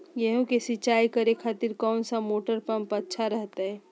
गेहूं के सिंचाई करे खातिर कौन सा मोटर पंप अच्छा रहतय?